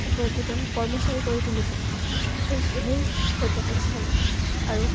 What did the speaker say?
একো একোজন কৰ্মচাৰী কৰি তুলিছে সেই সেই পৰ্যটনস্থলীৰ আৰু